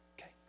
Okay